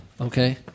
okay